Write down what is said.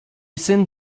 syn